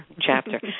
chapter